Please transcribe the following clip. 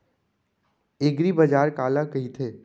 एगरीबाजार काला कहिथे?